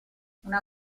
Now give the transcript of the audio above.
una